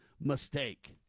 mistake